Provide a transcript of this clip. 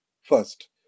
first